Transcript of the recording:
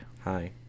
Hi